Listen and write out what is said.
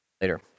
later